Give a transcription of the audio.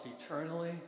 eternally